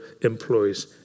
employees